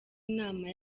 inama